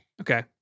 Okay